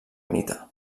mite